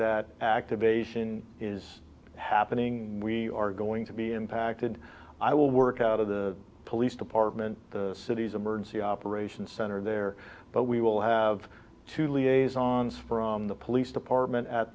that activation is happening we are going to be impacted i will work out of the police department the city's emergency operation center there but we will have to liaison's from the police department at